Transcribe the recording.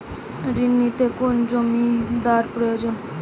ঋণ নিতে কোনো জমিন্দার প্রয়োজন কি না?